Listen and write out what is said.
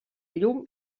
llum